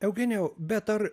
eugenijau bet ar